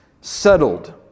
settled